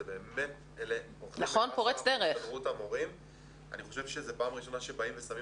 אני חושב שזה פעם ראשונה שבאים ושמים